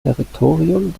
territorium